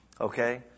Okay